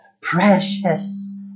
precious